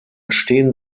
stehen